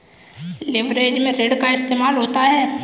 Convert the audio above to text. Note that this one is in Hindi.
लिवरेज में ऋण का इस्तेमाल होता है